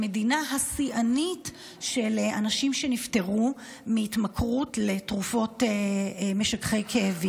המדינה השיאנית של אנשים שנפטרו מהתמכרות למשככי כאבים.